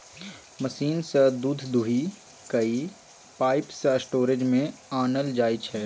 machine सँ दुध दुहि कए पाइप सँ स्टोरेज मे आनल जाइ छै